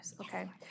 Okay